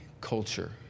culture